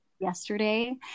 yesterday